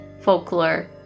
folklore